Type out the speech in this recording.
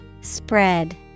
Spread